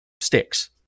sticks